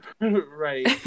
Right